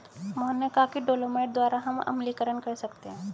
मोहन ने कहा कि डोलोमाइट द्वारा हम अम्लीकरण कर सकते हैं